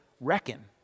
reckon